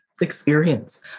experience